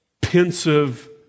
pensive